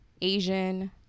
Asian